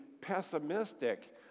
pessimistic